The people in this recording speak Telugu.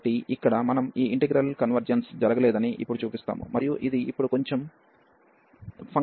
కాబట్టి ఇక్కడ మనం ఈ ఇంటిగ్రల్ కన్వర్జెన్స్ జరగలేదని ఇప్పుడు చూపిస్తాము మరియు ఇది ఇప్పుడు కొంచెం ఫంక్షన్ కలిగి ఉంది